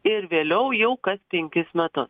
ir vėliau jau kas penkis metus